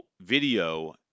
video